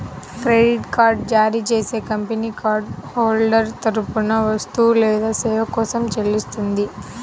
credit card జారీ చేసే company card holder తరపున వస్తువు లేదా సేవ కోసం చెల్లిస్తుంది